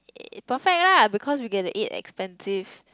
it's perfect lah because you get to eat expensive